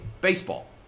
baseball